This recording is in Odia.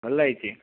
ଭଲ ହୋଇଛି